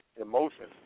emotions